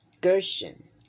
Gershon